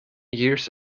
years